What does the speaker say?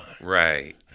Right